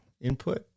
input